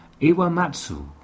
Iwamatsu